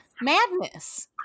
madness